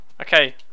Okay